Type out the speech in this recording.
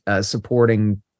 supporting